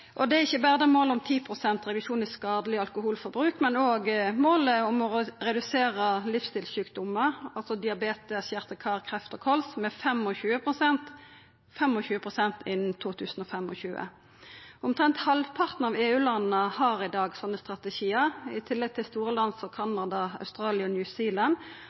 våre. Det gjeld ikkje berre målet om 10 pst. reduksjon av skadeleg alkoholforbruk, men òg målet om å redusera livsstilssjukdomar, altså diabetes, hjarte- og karsjukdomar, kreft og kols, med 25 pst. innan 2025. Omtrent halvparten av EU-landa har i dag slike strategiar, i tillegg til store land som Canada, Australia og New Zealand.